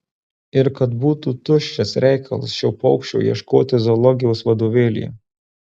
ir kad būtų tuščias reikalas šio paukščio ieškoti zoologijos vadovėlyje